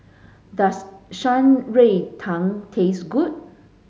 does Shan Rui Tang taste good